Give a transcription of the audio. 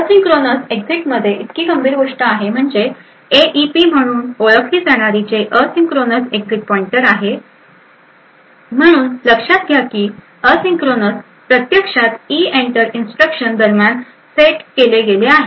asynchronous एक्झीटमध्ये इतकी गंभीर गोष्ट म्हणजे एईपी म्हणून ओळखली जाणारी जे असिंक्रोनस एक्झीट पॉईंटर आहे म्हणून लक्षात घ्या की असिंक्रोनस प्रत्यक्षात इइंटर इंस्ट्रक्शन दरम्यान सेट केले गेले आहे